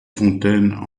fontaines